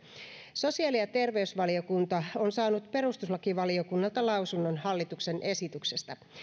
sosiaali ja terveysvaliokunta on saanut perustuslakivaliokunnalta lausunnon hallituksen esityksestä